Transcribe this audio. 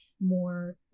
more